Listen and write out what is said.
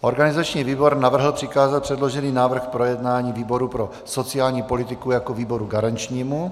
Organizační výbor navrhl přikázat předložený návrh k projednání výboru pro sociální politiku jako výboru garančnímu.